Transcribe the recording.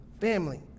Family